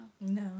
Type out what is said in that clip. No